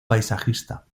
paisajista